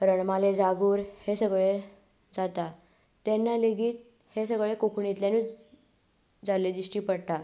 रणमाले जागोर हे सगळे जाता तेन्ना लेगीत हे सगळे कोंकणींतल्यानूच जाल्ले दिश्टी पडटा